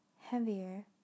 heavier